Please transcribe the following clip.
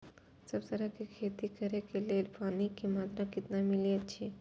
सब तरहक के खेती करे के लेल पानी के मात्रा कितना मिली अछि?